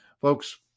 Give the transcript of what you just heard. Folks